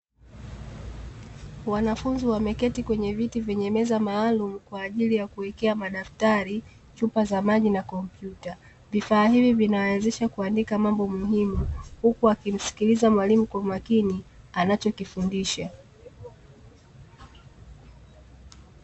Wanafunzi wameketi kwenye viti vyenye meza maalum kwa ajili ya kuwekea madaftari, chupa za maji na kompyuta. Vifaa hivi vinawawezesha kuandika mambo muhimu huku wakimsikiliza mwalimu kwa makini anachokifundisha.